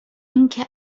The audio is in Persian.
اینکه